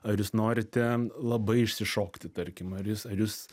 ar jūs norite labai išsišokti tarkim ar jūs ar jūs